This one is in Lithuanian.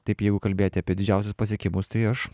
taip jeigu kalbėti apie didžiausius pasiekimus tai aš